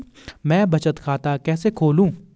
मैं बचत खाता कैसे खोलूँ?